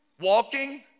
walking